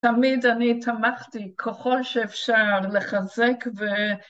תמיד אני תמכתי ככול שאפשר לחזק ו...